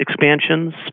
expansions